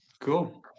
cool